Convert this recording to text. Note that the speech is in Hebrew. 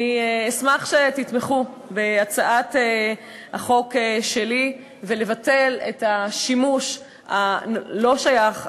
אני אשמח אם תתמכו בהצעת החוק שלי ותבטלו את השימוש הלא-שייך,